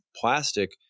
plastic